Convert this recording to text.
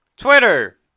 Twitter